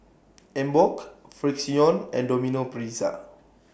Emborg Frixion and Domino Pizza